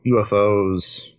UFOs